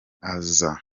aza